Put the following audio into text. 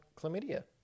chlamydia